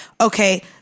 Okay